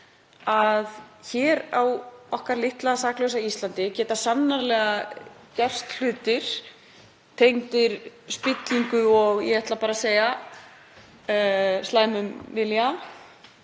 að hér á okkar litla saklausa Íslandi geta sannarlega gerst hlutir tengdir spillingu og ég ætla bara að segja slæmum vilja,